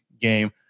game